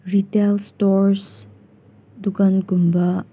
retail stores ꯗꯨꯀꯥꯟꯒꯨꯝꯕ